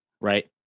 right